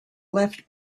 left